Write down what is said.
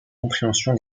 compréhension